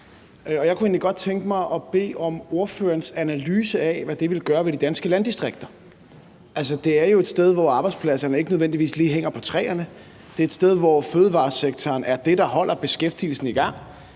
jeg kunne egentlig godt tænke mig at bede om ordførerens analyse af, hvad det vil gøre ved de danske landdistrikter. Det er jo et sted, hvor arbejdspladserne ikke nødvendigvis lige hænger på træerne, det er et sted, hvor fødevaresektoren er det, der holder beskæftigelsen i gang,